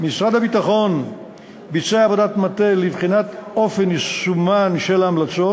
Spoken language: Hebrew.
משרד הביטחון ביצע עבודת מטה לבחינת אופן יישומן של ההמלצות,